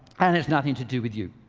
and has nothing to do with you.